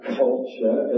culture